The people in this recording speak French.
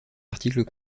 articles